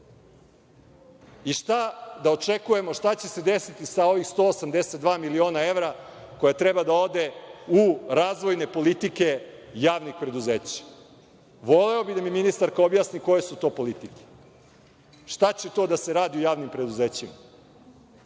Šta da očekujemo, šta će se desiti sa ovih 182 miliona evra koje treba da ode u razvojne politike javnih preduzeća? Voleo bih da mi ministarka objasni koje su to politike, šta će to da se radi u javnim preduzećima,